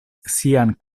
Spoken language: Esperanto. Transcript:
sian